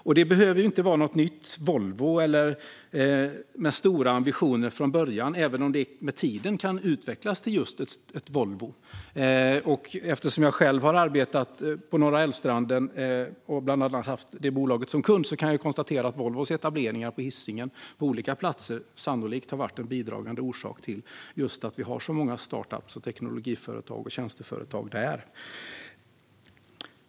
Och det behöver inte vara något nytt Volvo eller något med stora ambitioner från början, även om det med tiden kan utvecklas till just ett Volvo. Eftersom jag själv har arbetat på Norra Älvstranden och bland annat har haft detta bolag som kund kan jag konstatera att Volvos etableringar på olika platser på Hisingen sannolikt har varit en bidragande orsak just till att vi har så många startup-företag, teknologiföretag och tjänsteföretag där.